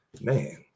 Man